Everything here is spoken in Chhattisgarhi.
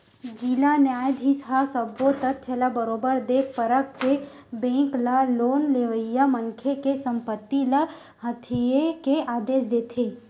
जिला न्यायधीस ह सब्बो तथ्य ल बरोबर देख परख के बेंक ल लोन लेवइया मनखे के संपत्ति ल हथितेये के आदेश देथे